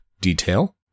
detail